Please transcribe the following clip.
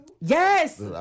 Yes